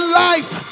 life